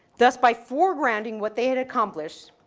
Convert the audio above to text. thus, by foregrounding what they had accomplished,